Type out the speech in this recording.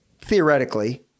theoretically